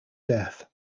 death